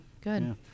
good